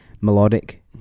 melodic